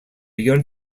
young